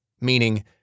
Meaning